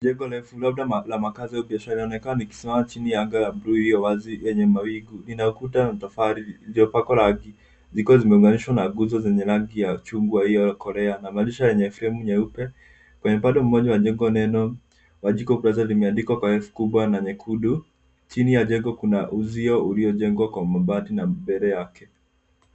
Jengo refu labda la makaazi au biashara linaonekana likisimama chini ya anga la buluu iliyo wazi yenye mawingu. Ina ukuta ya tofali iliyopakwa rangi zikiwa zimevalishwa na nguzo zenye rangi ya chungwa iliyokolea na madirisha yenye fremu nyeupe. Kwenye upande mmoja wa jengo neno Wanjiku limeandikwa kwa herufi kubwa na nyekundu. Chini ya jengo kuna uzio uliojengwa kwa mabati na mbele yake.